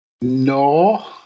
No